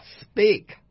Speak